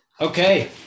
Okay